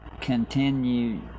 Continue